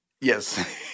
Yes